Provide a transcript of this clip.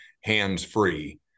hands-free